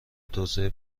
توسعه